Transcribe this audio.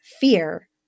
fear